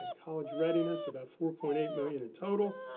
and college readiness, about four point eight million in total.